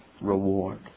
reward